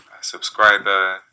subscriber